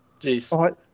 Jeez